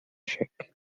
check